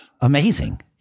Amazing